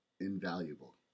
invaluable